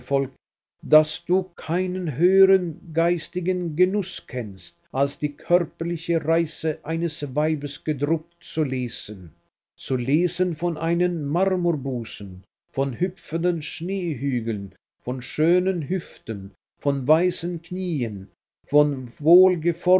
daß du keinen höheren geistigen genuß kennst als die körperlichen reize eines weibes gedruckt zu lesen zu lesen von einem marmorbusen von hüpfenden schneehügeln von schönen hüften von weißen knien von